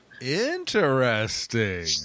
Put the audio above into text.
Interesting